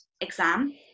exam